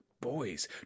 boys